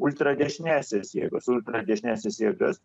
ultradešiniąsias jėgas ultradešiniąsias jėgas